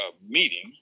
meeting